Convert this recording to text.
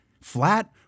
flat